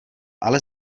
ale